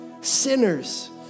sinners